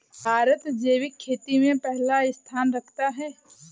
भारत जैविक खेती में पहला स्थान रखता है